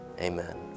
Amen